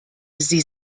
sie